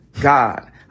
God